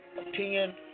opinion